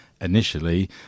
initially